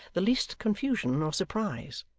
the least confusion or surprise.